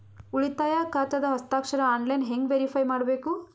ಉಳಿತಾಯ ಖಾತಾದ ಹಸ್ತಾಕ್ಷರ ಆನ್ಲೈನ್ ಹೆಂಗ್ ವೇರಿಫೈ ಮಾಡಬೇಕು?